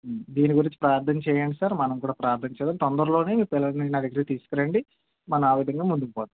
దీని గురించి ప్రార్ధన చెయ్యండి సార్ మనం కూడా ప్రార్ధన చేద్దాం తొందరలోనే మీ పిల్లల్ని నాదగ్గరకి తీసుకురండి మనం ఆవిధంగా ముందుకు పోదాం